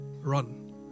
Run